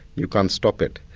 you can't stop it.